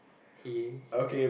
he he